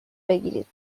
بگیرید